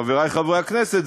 חברי חברי הכנסת,